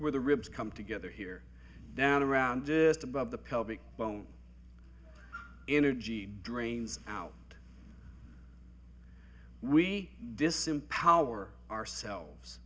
where the ribs come together here now to around just above the pelvic bone energy drains out we disempower ourselves